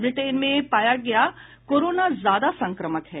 Britain में पाया गया कोरोना ज्यादा संक्रामक है